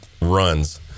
runs